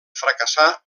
fracassar